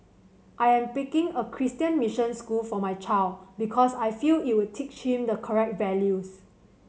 I am picking a Christian mission school for my child because I feel it would teach him the correct values